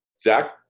Zach